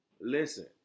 listen